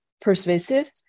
persuasive